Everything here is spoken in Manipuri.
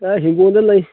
ꯑꯦ ꯍꯤꯡꯒꯣꯟꯗ ꯂꯩ